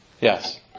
Yes